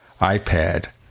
iPad